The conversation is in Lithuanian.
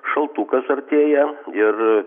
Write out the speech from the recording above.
šaltukas artėja ir